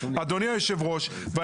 אדוני היושב-ראש.